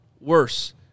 worse